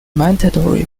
mandatory